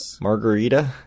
margarita